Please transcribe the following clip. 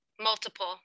multiple